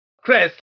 Chris